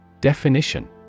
Definition